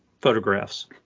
photographs